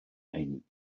ein